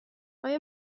آیا